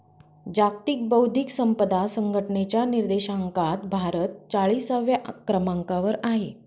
जागतिक बौद्धिक संपदा संघटनेच्या निर्देशांकात भारत चाळीसव्या क्रमांकावर आहे